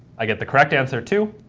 i get the correct answer, two,